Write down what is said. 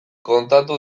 kontatu